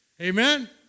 Amen